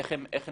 איך הן מגודלות.